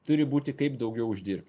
turi būti kaip daugiau uždirbt